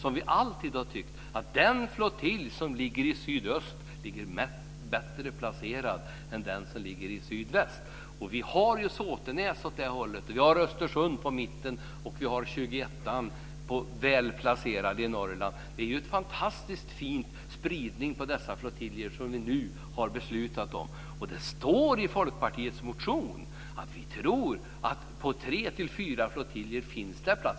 Vi har alltid tyckt att den flottilj som ligger i sydöst ligger bättre placerad än den som ligger i sydväst. Och vi har ju Såtenäs åt det hållet, och vi har Östersund i mitten, och vi har F 21 väl placerad i Norrland. Det är ju en fantastiskt fin spridning av dessa flottiljer som vi nu har beslutat om. Och det står i Folkpartiets motion att vi tror att det finns plats på tre-fyra flottiljer.